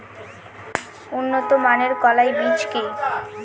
উন্নত মানের কলাই বীজ কি?